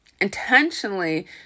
intentionally